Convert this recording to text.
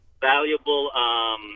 valuable